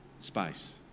space